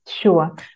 Sure